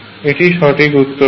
এটি সঠিক উত্তর হয়